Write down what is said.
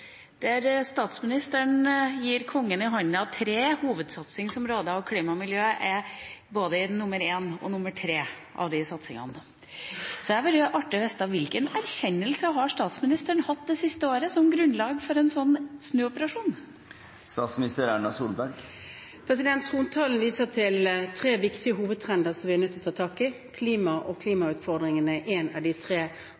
Statsministeren gir kongen i handa tre hovedsatsingsområder. Klima og miljø er i både nr. 1 og nr. 3 av disse satsingsområdene, så det hadde vært artig å få vite: Hvilken erkjennelse har statsministeren hatt det siste året – som grunnlag for en sånn snuoperasjon? Trontalen viser til tre viktige hovedtrender som vi er nødt til å ta tak i. Klima og